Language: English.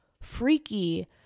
freaky